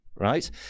Right